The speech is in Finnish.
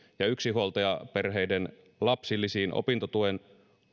ja yksinhuoltajaperheiden lapsilisiin opintotuen